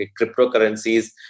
cryptocurrencies